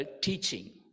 teaching